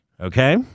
Okay